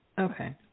okay